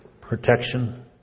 protection